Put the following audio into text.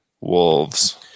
Wolves